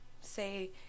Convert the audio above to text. say